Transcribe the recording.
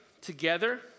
together